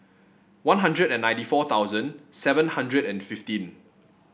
One Hundred and ninety four thousand seven hundred and fifteen